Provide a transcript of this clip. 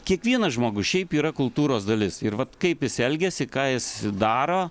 kiekvienas žmogus šiaip yra kultūros dalis ir vat kaip jis elgiasi ką jis daro